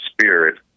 spirit